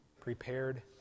prepared